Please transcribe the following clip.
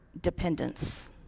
dependence